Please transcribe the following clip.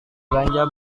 belanja